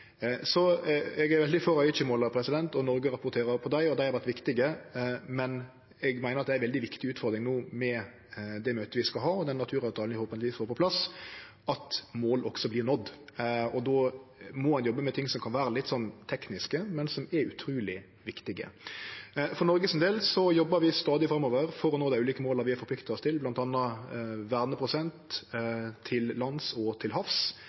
Eg er veldig for Aicha-måla, og Noreg rapporterer på dei. Dei har vore viktige. Eg meiner det er ei viktig utfordring no med det møtet vi skal ha, og den naturavtalen vi forhåpentlegvis får på plass, at mål også vert nådde. Då må ein jobbe med ting som kan vere litt tekniske, men som er utruleg viktige. For Noregs del jobbar vi stadig framover for å nå dei ulike måla vi har forplikta oss til, bl.a. verneprosent til lands og til havs,